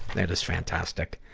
that is fantastic.